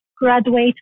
graduate